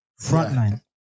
frontline